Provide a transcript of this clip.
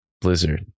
Blizzard